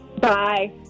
Bye